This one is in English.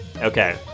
Okay